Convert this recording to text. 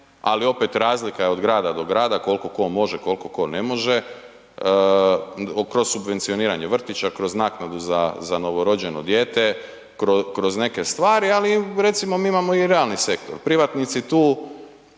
ali opet razlika je od grada do grada, koliko tko može, koliko tko ne može, kroz subvencioniranje vrtića, kroz naknadu za novorođeno dijete, kroz neke stvari, ali recimo mi imamo i realni sektor. Privatnici tu